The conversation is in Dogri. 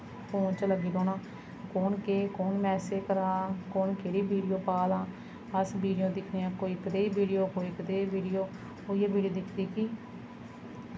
फोन च लग्गी रौह्ना कुन केह् कुन केह् मैसेज़ करा दा कुन केह्ड़ी वीडियो पा दा अस बी इ'यां दिक्खने आं कोई कनेहा वीडियो कोई कनेही वीडियो उ'ऐ वीडियो दिक्खी दिक्खी